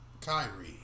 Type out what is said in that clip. Kyrie